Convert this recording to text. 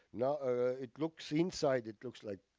now it looks, inside it looks like,